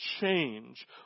change